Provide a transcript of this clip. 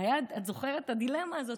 ואת זוכרת את הדילמה הזאת,